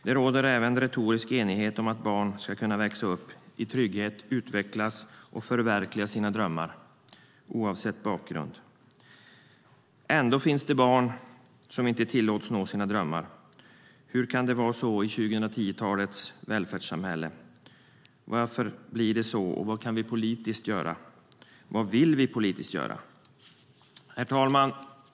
Det råder även retorisk enighet om att barn ska kunna växa upp i trygghet, utvecklas och förverkliga sina drömmar oavsett bakgrund. Ändå finns det barn som inte tillåts nå sina drömmar. Hur kan det vara så i 2010-talets välfärdssamhälle? Varför blir det så, vad kan vi göra politiskt, och vad vill vi göra politiskt? Herr talman!